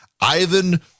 Ivan